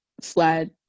Slide